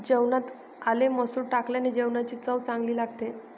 जेवणात आले मसूर टाकल्याने जेवणाची चव चांगली लागते